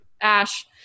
Ash